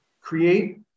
create